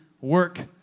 work